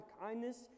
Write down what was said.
kindness